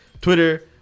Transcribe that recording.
Twitter